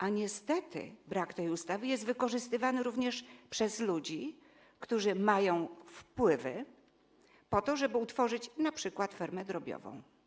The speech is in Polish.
A niestety brak tej ustawy jest wykorzystywany również przez ludzi, którzy mają wpływy, po to żeby utworzyć np. fermę drobiową.